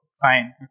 fine